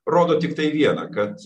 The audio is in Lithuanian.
rodo tiktai viena kad